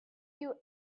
you